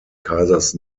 kaisers